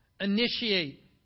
initiate